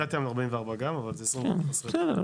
בסדר,